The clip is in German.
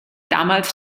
damals